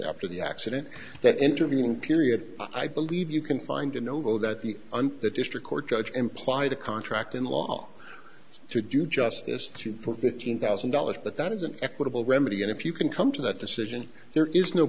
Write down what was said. after the accident that intervening period i believe you can find ennobled that the under the district court judge implied a contract in the law to do justice to fifteen thousand dollars but that is an equitable remedy and if you can come to that decision there is no